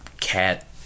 cat